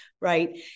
Right